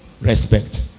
Respect